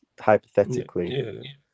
hypothetically